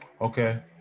Okay